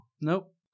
nope